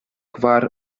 kvar